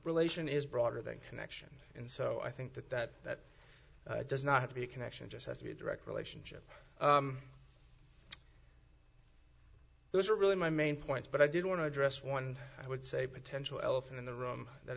relation is broader than connection and so i think that that that does not have to be a connection just has to be a direct relationship those are really my main points but i did want to address one i would say potential elephant in the room that